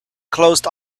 closed